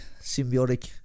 symbiotic